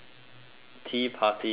tea party is good